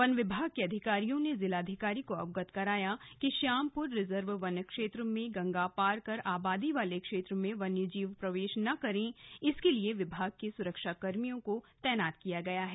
one विभाग के अधिकारियों ने जिलाधिकारी को अवगत कराया कि श्यामपुर रिजर्व वन क्षेत्र में गंगा पार कर आबादी क्षेत्र में वन्य जीव प्रवेश न करें इसके लिए विभाग के सुरक्षाकर्मियों को तैनात किया गया है